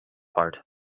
part